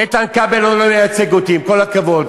איתן כבל לא מייצג אותי, עם כל הכבוד.